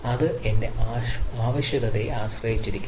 അത് എന്റെ ആവശ്യകതയെ ആശ്രയിച്ചിരിക്കുന്നു